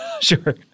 Sure